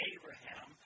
Abraham